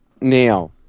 Now